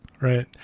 Right